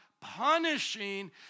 punishing